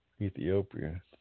Ethiopia